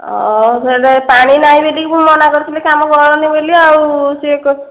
ହଁ ସେ'ଠେ ପାଣି ନାହିଁ ବୋଲି ମୁଁ ମନା କରିଥିଲି କାମ କରନି ବୋଲି ଆଉ ସେ